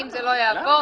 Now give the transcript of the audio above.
אם זה לא יעבור